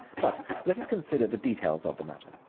but let us consider the details of the matter.